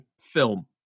film